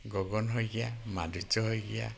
Gagan Saikia Madhurya Saikia